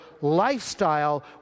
lifestyle